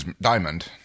Diamond